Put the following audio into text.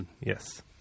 Yes